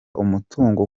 umutungo